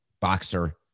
boxer